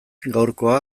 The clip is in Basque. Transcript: gaurkoa